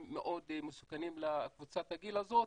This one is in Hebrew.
לא מאוד מסוכנים לקבוצת הגיל הזאת,